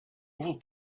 hoeveel